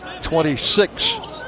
26